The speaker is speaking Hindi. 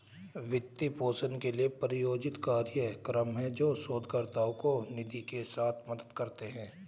वित्त पोषण के लिए, प्रायोजित कार्यक्रम हैं, जो शोधकर्ताओं को निधि के साथ मदद करते हैं